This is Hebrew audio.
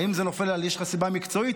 האם זה נופל על סיבה מקצועית?